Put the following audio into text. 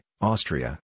Austria